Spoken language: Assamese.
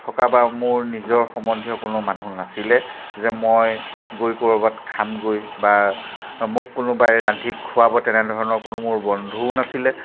থকা বা মোৰ নিজৰ সম্বন্ধীয় কোনো মানুহ নাছিলে যে মই গৈ ক'ৰবাত খামগৈ বা মোক কোনোবাই ৰান্ধি খুৱাব তেনেধৰণৰ মোৰ কোনো বন্ধুও নাছিলে